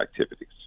activities